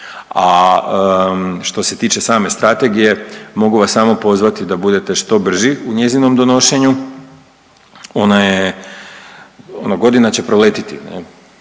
A što se tiče same strategije mogu vas samo pozvati da budete što brži u njezinom donošenju. Ona je, ono godina će proletiti,